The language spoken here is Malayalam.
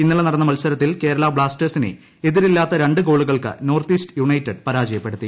ഇന്നലെ നടന്ന മത്സരത്തിൽ കേരളാ ബ്ലാസ്റ്റേഴ്സിനെ എതിരില്ലാത്ത രണ്ട് ഗോളുകൾക്ക് നോർത്ത് ഈസ്റ്റ് യുണൈറ്റഡ് പരാജയപ്പെടുത്തി